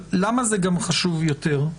למה זה חשוב יותר?